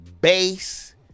base